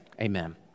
amen